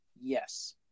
Yes